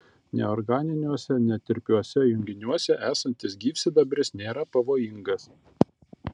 neorganiniuose netirpiuose junginiuose esantis gyvsidabris nėra pavojingas